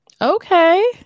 Okay